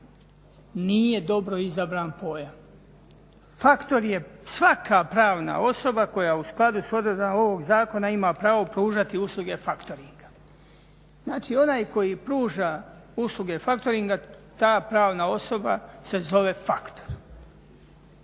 nije dobro izabran pojam. Faktor je svaka pravna osoba koja u skladu s odredbama ovog zakona ima pravo pružati usluge factoringa. Znači onaj koji pruža usluge factoringa ta pravna osoba se zove faktor.